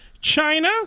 China